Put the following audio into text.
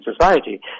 society